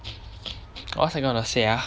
what's I gonna say ah